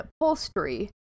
upholstery